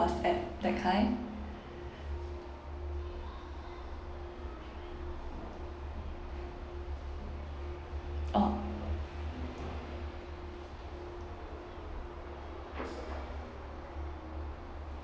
whatsapp that kind orh